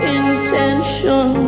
intention